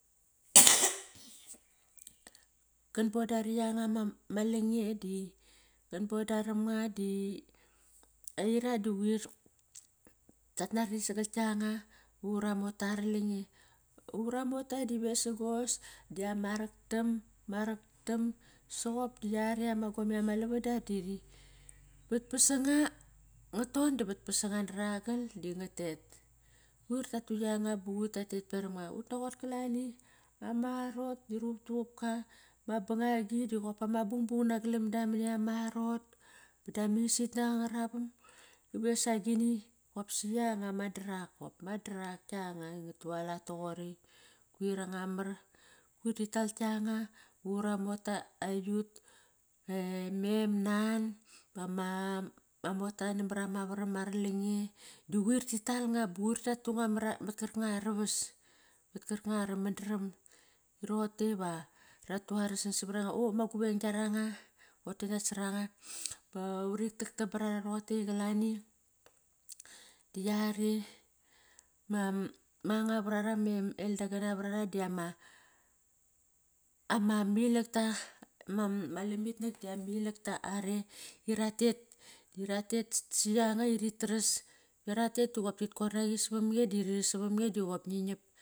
kadbodari yanga ma lange e di qan boda ram nga di aira di quir tat nari sagal tianga ura mota ara lange. Ura mota di vesagos diama raktam, ma raktam soqop di yare ma gome ama lavada di, vatpas sanga, ngat ton da vatpasa nga dra gal di ngatet. Quir tatu yanga ba quir tatet perom nga, utnaqot kalani ama arot di ruqup tuqupka ma bangagi diqop ma bungbung nagalam da mani ama arot, da ma isitnak angara vam. Vesagini qopsi yanga ma darak qop ma darak kianga ngat tualat toqori. Quir anga mar, quir tital kianga, ura mota, eiyut me mem nan, ama mota namar ama varam ara lange. Da quir tital nga, ba quir tatu nga mat karkanga ara vas, mat karkanga ara mandram, broqote va ratu ara sanang savar anga. O ma guveng kiaranga ngua tet nasaranga. Va uri takam barara roqotei qalani di yare ma anga varara ma eldang gana varara diama ama ilakta. Ma lamitnak diama ilakta. Are di ratet di ratet si yanga i ritaras va rat tet doqoptit kor naqi savamnge di riras savam nge diqop ngi nap.